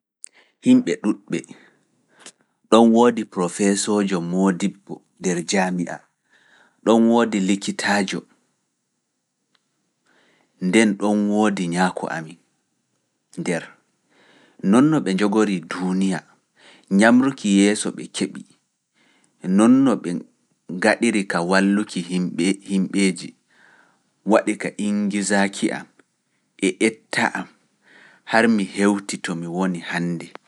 Himɓe ɗuuɗɓe, ɗoon woodi profeesoojo moodibbo nder jaami a, ɗon woodi likitaajo, nden ɗon woodi nyaako amin, nonno be ngaɗiri ka walluki yimɓeeji waɗi ka ingizaaki am e etta am har mi hewti to mi woni hande.